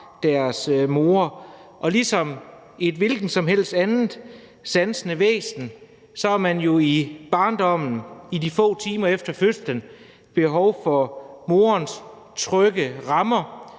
deres mor, og ligesom et hvilket som helst andet sansende væsen, har man jo i barndommen, de få timer efter fødslen, behov for moderens trygge rammer,